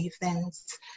events